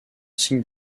signe